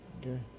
Okay